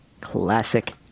Classic